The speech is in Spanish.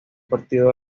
partido